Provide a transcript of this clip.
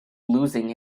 losing